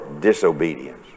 disobedience